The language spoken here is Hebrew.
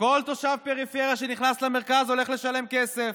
שכל תושב פריפריה שנכנס למרכז הולך לשלם כסף,